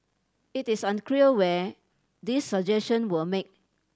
it is unclear when these suggestion were made